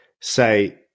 say